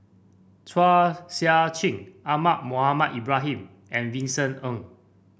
Chua Sian Chin Ahmad Mohamed Ibrahim and Vincent Ng